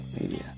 media